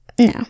No